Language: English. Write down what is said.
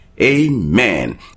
Amen